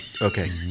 Okay